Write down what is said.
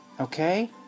Okay